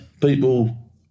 People